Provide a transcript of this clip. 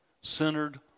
centered